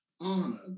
honor